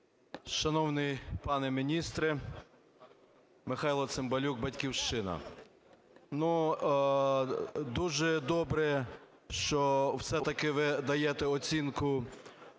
Шановний пане міністре. Михайло Цимбалюк, "Батьківщина". Дуже добре, що все-таки ви даєте оцінку